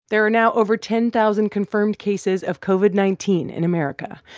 there are now over ten thousand confirmed cases of covid nineteen in america.